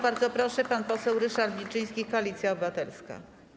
Bardzo proszę, pan poseł Ryszard Wilczyński, Koalicja Obywatelska.